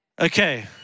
Okay